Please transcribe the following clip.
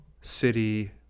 city